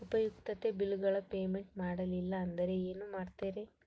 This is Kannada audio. ಉಪಯುಕ್ತತೆ ಬಿಲ್ಲುಗಳ ಪೇಮೆಂಟ್ ಮಾಡಲಿಲ್ಲ ಅಂದರೆ ಏನು ಮಾಡುತ್ತೇರಿ?